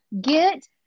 Get